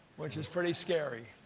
which is pretty scary.